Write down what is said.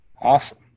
Awesome